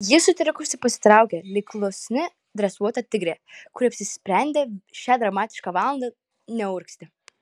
ji sutrikusi pasitraukė lyg klusni dresuota tigrė kuri apsisprendė šią dramatišką valandą neurgzti